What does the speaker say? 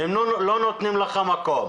שלא נותנים לך מקום.